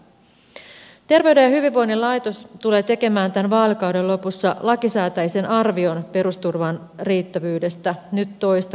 terveyden ja hyvinvoinnin laitos tulee tekemään tämän vaalikauden lopussa lakisääteisen arvion perusturvan riittävyydestä nyt toista kertaa